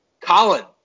Colin